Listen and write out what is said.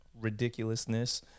ridiculousness